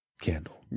candle